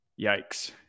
yikes